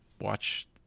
watch